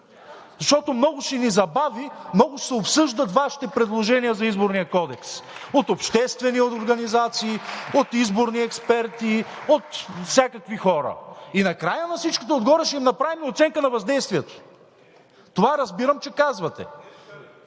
да приемем, защото много ще се обсъждат Вашите предложения за Изборния кодекс – от обществени организации, от изборни експерти, от всякакви хора. Накрая, на всичкото отгоре, ще им направим оценка на въздействието. Това разбирам, че казвате.